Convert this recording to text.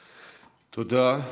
תודה.